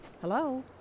Hello